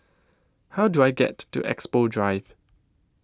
How Do I get to Expo Drive